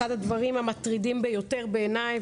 אחד הדברים המטרידים ביותר בעיניי,